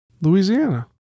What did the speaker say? Louisiana